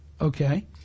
Okay